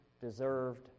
deserved